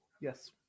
Yes